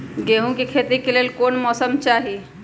गेंहू के खेती के लेल कोन मौसम चाही अई?